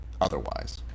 otherwise